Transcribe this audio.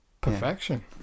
Perfection